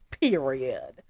period